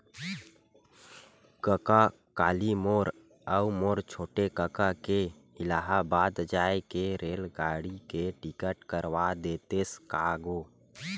कका काली मोर अऊ मोर छोटे कका के इलाहाबाद जाय के रेलगाड़ी के टिकट करवा देतेस का गो